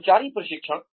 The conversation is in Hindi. कर्मचारी प्रशिक्षण